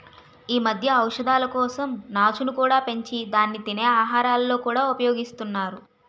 ఈ మధ్య ఔషధాల కోసం నాచును కూడా పెంచి దాన్ని తినే ఆహారాలలో కూడా ఉపయోగిస్తున్నారు